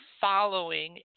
following